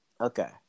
okay